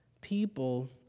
people